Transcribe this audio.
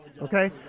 okay